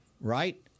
right